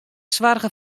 soarge